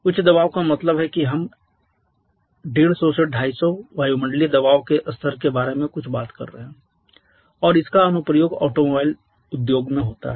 उच्च दबाव का मतलब है कि हम 150 से 250 वायुमंडलीय दबाव के स्तर के बारे में कुछ बात कर रहे हैं और इसका अनुप्रयोग ऑटोमोबाइल उद्योगों में होता है